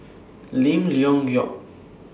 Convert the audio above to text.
Lim Leong Geok